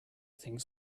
think